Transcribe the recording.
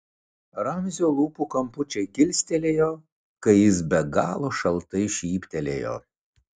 ramzio lūpų kampučiai kilstelėjo kai jis be galo šaltai šyptelėjo